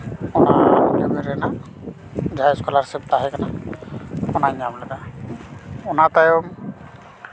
ᱟᱨ eleven ᱨᱮᱱᱟᱜ ᱡᱟᱦᱟᱸ scholarship ᱛᱟᱦᱮᱸ ᱠᱟᱱᱟ ᱚᱱᱟᱧ ᱧᱟᱢ ᱞᱮᱫᱟ ᱚᱱᱟ ᱛᱟᱭᱚᱢ